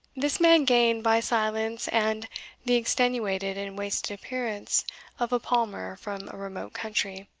this man gained, by silence and the extenuated and wasted appearance of a palmer from a remote country,